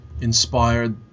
inspired